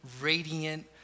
radiant